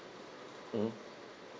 mmhmm